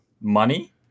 money